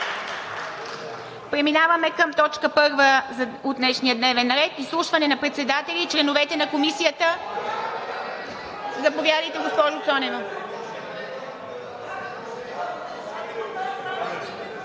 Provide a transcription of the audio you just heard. Преминаваме към точка първа от днешния дневен ред: Изслушване на председателя и членовете на комисията… Заповядайте, госпожо Цонева.